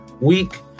week